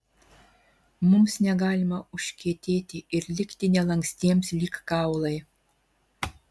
mums negalima užkietėti ir likti nelankstiems lyg kaulai